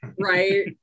right